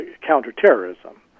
counterterrorism